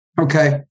Okay